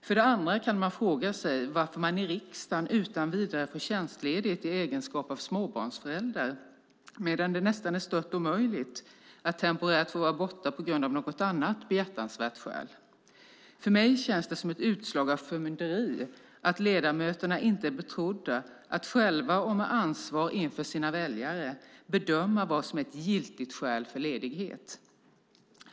För det andra kan man fråga sig varför man i riksdagen utan vidare får tjänstledigt i egenskap av småbarnsförälder, medan det nästan är stört omöjligt att temporärt få vara borta av något annat behjärtansvärt skäl. För mig känns det som ett utslag av förmynderi att ledamöterna inte är betrodda att själva, och med ansvar inför sina väljare, bedöma vad som är ett giltigt skäl för ledighet.